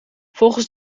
volgens